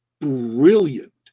brilliant